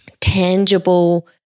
tangible